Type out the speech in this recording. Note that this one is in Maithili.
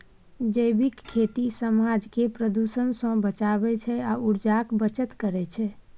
जैबिक खेती समाज केँ प्रदुषण सँ बचाबै छै आ उर्जाक बचत करय छै